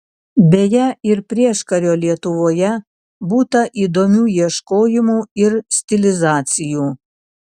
beje ir prieškario lietuvoje būta įdomių ieškojimų ir stilizacijų